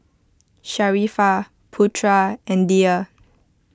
Sharifah Putra and Dhia